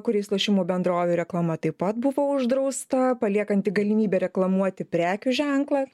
kuriais lošimų bendrovių reklama taip pat buvo uždrausta paliekant tik galimybę reklamuoti prekių ženklą